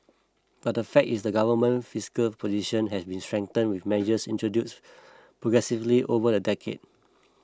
but the fact is the Government's fiscal position has been strengthened with measures introduced progressively over the decade